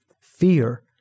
Fear